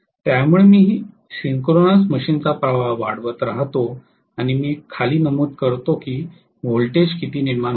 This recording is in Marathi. त्यामुळे मी सिंक्रोनाइज मशीनचा प्रवाह वाढवत राहतो आणि मग मी खाली नमूद करतो की व्होल्टेज किती निर्माण होते